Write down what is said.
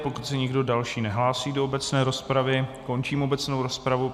Pokud se nikdo další nehlásí do obecné rozpravy, končím obecnou rozpravu.